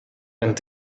and